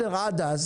עד אז